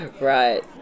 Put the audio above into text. Right